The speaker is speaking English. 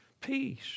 peace